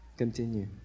continue